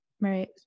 Right